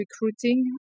recruiting